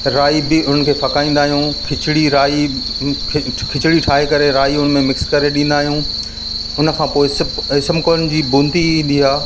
राई बी उन्हनि खे फ़काईंदा आहियूं खिचड़ी राई खिचड़ी ठाहे करे राई उनमें मिक्स करे ॾींदा आहियूं उनखां पोइ सिप ईसबगोल जी बूंदी ईंदी आहे